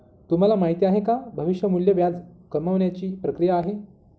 तुम्हाला माहिती आहे का? भविष्य मूल्य व्याज कमावण्याची ची प्रक्रिया आहे